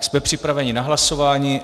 Jsme připraveni na hlasování.